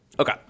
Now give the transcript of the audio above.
Okay